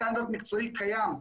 סטנדרט מקצועי קיים,